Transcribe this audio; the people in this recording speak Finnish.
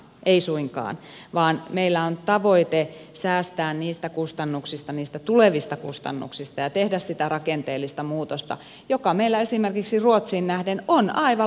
ei suinkaan vaan meillä on tavoite säästää niistä kustannuksista niistä tulevista kustannuksista ja tehdä sitä rakenteellista muutosta joka meillä esimerkiksi ruotsiin nähden on aivan lapsenkengissä